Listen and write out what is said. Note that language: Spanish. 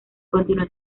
continuó